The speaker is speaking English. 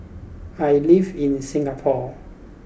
I live in Singapore